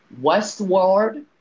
Westward